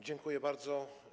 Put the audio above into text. Dziękuję bardzo.